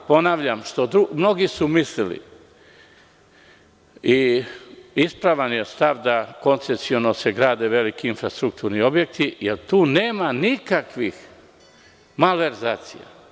Ponavljam, mnogi su mislili i ispravan je stav da koncesiono se grade veliki infrastrukturni objekti jer tu nema nikakvih malverzacija.